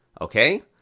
okay